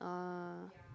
ah